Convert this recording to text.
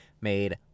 made